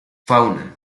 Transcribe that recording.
fauna